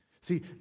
See